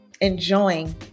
enjoying